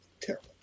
Terrible